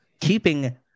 keeping